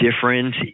different